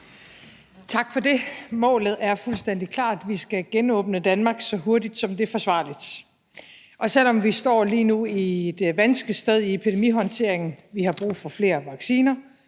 Tak for det. Målet er fuldstændig klart: Vi skal genåbne Danmark så hurtigt, som det er forsvarligt. Og selv om vi lige nu står et vanskeligt sted i epidemihåndteringen, hvor vi har brug for flere vacciner